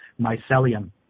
mycelium